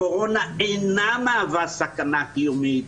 הקורונה אינה מהווה סכנה קיומית,